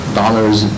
dollars